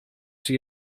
czy